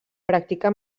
practica